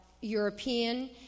European